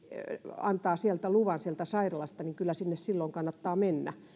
antaa sieltä sairaalasta luvan niin kyllä sinne silloin kannattaa mennä